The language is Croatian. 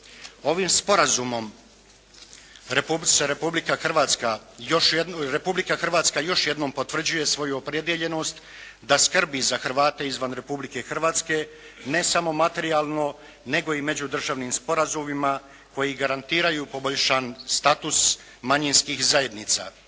Ovim sporazumom Republika Hrvatska još jednom potvrđuje svoju opredijeljenost da skrbi za Hrvate izvan Republike Hrvatske ne samo materijalno nego i međudržavnim sporazumima koji garantiraju poboljšan status manjinskih zajednica.